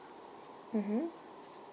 mmhmm